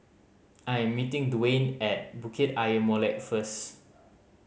I am meeting Dwaine at Bukit Ayer Molek first